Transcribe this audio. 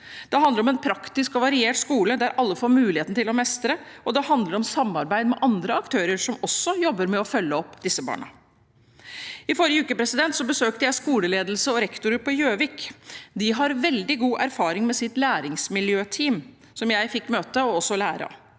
Det handler om en praktisk og variert skole, der alle får muligheten til å mestre, og det handler om samarbeid med andre aktører, som også jobber med å følge opp disse barna. I forrige uke besøkte jeg skoleledelse og rektorer på Gjøvik. De har veldig god erfaring med sitt læringsmiljøteam, som jeg fikk møte og også lære av